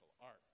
art